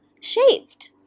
shaved